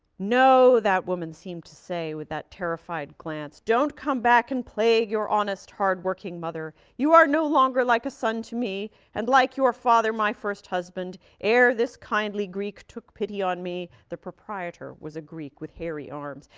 no, that woman seemed to say with that terrified glance. don't come back and play your honest, hardworking mother. you are no longer like a son to me and like your father, my first husband, ere this kindly greek took pity on me. the proprietor was a greek with hairy arms.